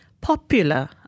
Popular